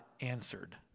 answered